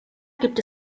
gibt